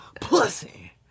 pussy